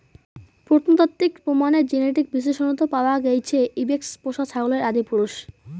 প্রত্নতাত্ত্বিক প্রমাণের জেনেটিক বিশ্লেষনত পাওয়া গেইছে ইবেক্স পোষা ছাগলের আদিপুরুষ